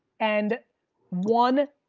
and one,